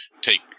take